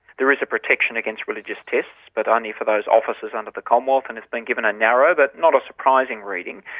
there is a protection against religious tests, but only for those officers under the commonwealth and it's been given a narrow, but not a surprising reading,